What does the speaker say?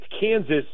Kansas